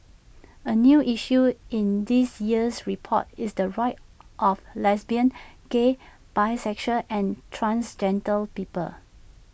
A new issue in this year's report is the rights of lesbian gay bisexual and transgender people